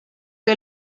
que